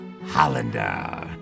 Hollander